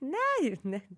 ne ji ne